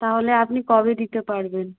তাহলে আপনি কবে দিতে পারবেন